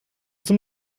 zum